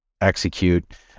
execute